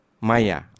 maya